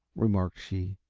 remarked she.